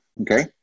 okay